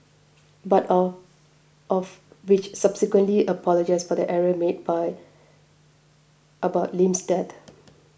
but all of which subsequently apologised for the error made by about Lim's dead